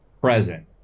present